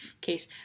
case